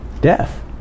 Death